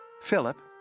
Philip